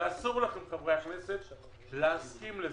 אסור לכם, חברי הכנסת, להסכים לזה.